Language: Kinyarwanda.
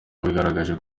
wigaragaje